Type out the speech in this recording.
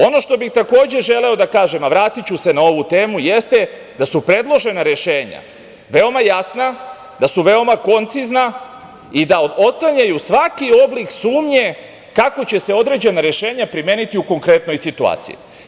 Ono što bih, takođe, želeo da kažem, a vratiću se na ovu temu, jeste da su predložena rešenja veoma jasna, da su veoma koncizna i da otklanjaju svaki oblik sumnje kako će se određena rešenja primeniti u konkretnoj situaciji.